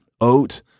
oat